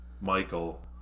Michael